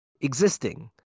existing